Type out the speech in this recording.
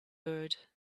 bird